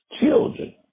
children